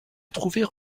trouver